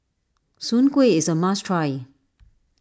Soon Kueh is a must try